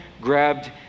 grabbed